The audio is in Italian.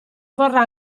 vorrà